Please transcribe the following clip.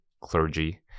clergy